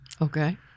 Okay